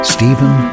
Stephen